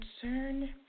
concern